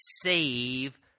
Save